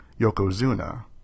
Yokozuna